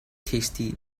tasty